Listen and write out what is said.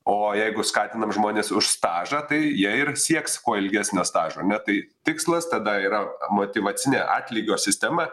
o jeigu skatinam žmones už stažą tai jie ir sieks kuo ilgesnio stažo ne tai tikslas tada yra motyvacinė atlygio sistema